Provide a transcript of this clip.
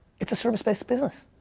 it's a service based business.